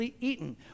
eaten